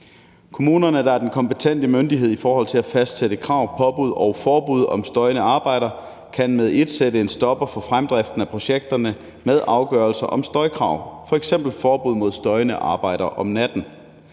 Kommunerne, der er den kompetente myndighed til at fastsætte krav, påbud og forbud i forhold til støjende arbejder, kan med ét sætte en stopper for fremdriften af projekterne med afgørelser om støjkrav, f.eks. forbud mod støjende arbejder om natten,